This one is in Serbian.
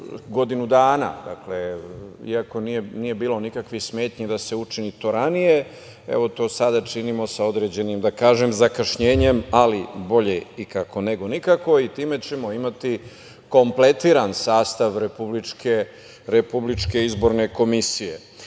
godinu dana. Dakle, iako nije bilo nikakvih smetnji da se to učini ranije, evo to sada činimo sa određenim, da kažem, zakašnjenjem, ali bolje ikako neko nikako. Time ćemo imati kompletiran sastav Republičke izborne komisije. Ono